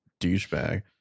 douchebag